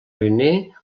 riner